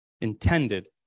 intended